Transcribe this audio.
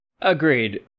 Agreed